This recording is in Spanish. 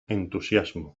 entusiasmo